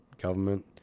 government